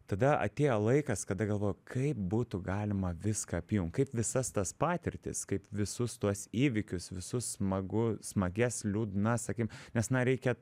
tada atėjo laikas kada galvoju kaip būtų galima viską apjungt visas tas patirtis kaip visus tuos įvykius visus smagu smagias liūdnas sakykim nes na reikia